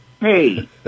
Hey